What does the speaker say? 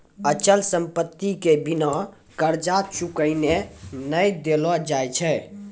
अचल संपत्ति के बिना कर्जा चुकैने नै देलो जाय छै